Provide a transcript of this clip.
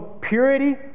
purity